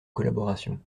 collaboration